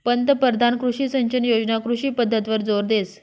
पंतपरधान कृषी सिंचन योजना कृषी पद्धतवर जोर देस